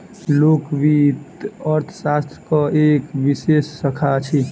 लोक वित्त अर्थशास्त्रक एक विशेष शाखा अछि